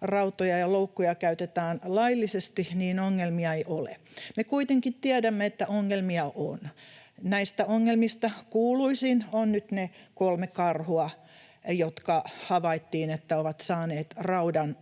rautoja ja loukkuja käytetään laillisesti, niin ongelmia ei ole. Me kuitenkin tiedämme, että ongelmia on. Näistä ongelmista kuuluisin on nyt ne kolme karhua, joista havaittiin, että ovat saaneet raudan